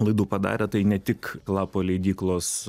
laidų padarę tai ne tik lapo leidyklos